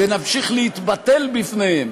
ונמשיך להתבטל בפניה,